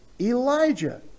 Elijah